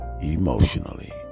emotionally